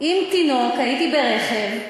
עם תינוק, הייתי ברכב.